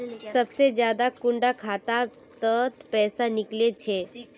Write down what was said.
सबसे ज्यादा कुंडा खाता त पैसा निकले छे?